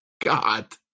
God